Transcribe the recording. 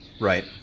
Right